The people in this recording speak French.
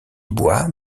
bois